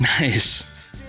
nice